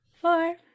four